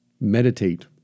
Meditate